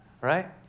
right